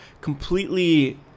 completely